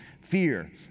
fear